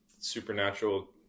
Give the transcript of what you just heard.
supernatural